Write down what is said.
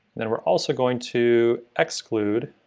then we're also going to exclude